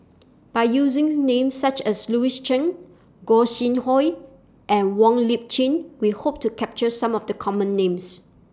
By using Names such as Louis Chen Gog Sing Hooi and Wong Lip Chin We Hope to capture Some of The Common Names